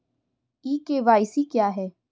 ई KYC क्या है?